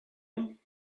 him